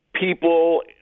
people